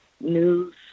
News